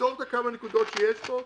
לפתור את הנקודות שיש פה.